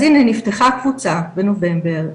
אז הנה נפתחה קבוצה בנובמבר,